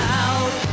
out